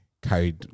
carried